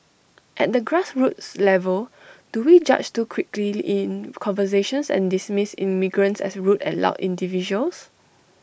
at the grassroots level do we judge too quickly in conversations and dismiss immigrants as rude and loud individuals